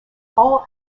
all